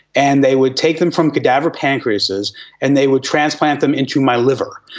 and they would take them from cadaver pancreases and they would translate them into my liver.